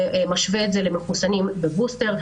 ומשווה את זה למחוסנים בבוסטר.